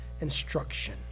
instruction